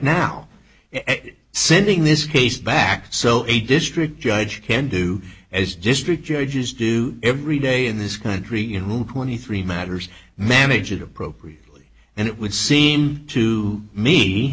now sending this case back so a district judge can do as district judges do every day in this country who twenty three matters manage it appropriately and it would seem to me